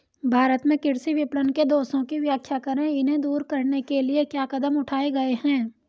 भारत में कृषि विपणन के दोषों की व्याख्या करें इन्हें दूर करने के लिए क्या कदम उठाए गए हैं?